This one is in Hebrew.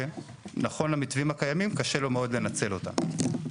ונכון למתווים הקיימים קשה לו מאוד לנצל אותם.